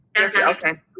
okay